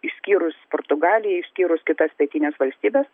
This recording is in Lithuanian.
išskyrus portugaliją išskyrus kitas pietines valstybes